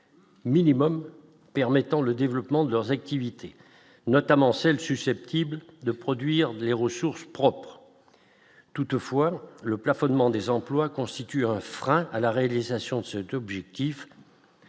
Minimum permettant le développement de leurs activités, notamment celles susceptibles de produire des ressources propres toutefois le plafonnement des emplois constitue un frein à la réalisation de cet objectif.